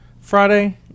Friday